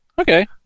Okay